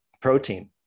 protein